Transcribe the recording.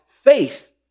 faith